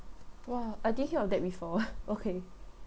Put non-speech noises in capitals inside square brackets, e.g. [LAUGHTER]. !wah! I did hear of that before [LAUGHS] okay